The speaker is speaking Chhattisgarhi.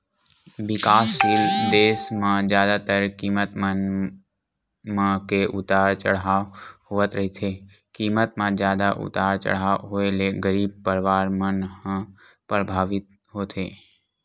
बिकाससील देस म जादातर कीमत मन म के उतार चड़हाव होवत रहिथे कीमत म जादा उतार चड़हाव होय ले गरीब परवार मन ह परभावित होथे